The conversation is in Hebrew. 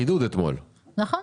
נכון.